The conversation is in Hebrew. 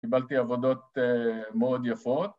‫קיבלתי עבודות מאוד יפות.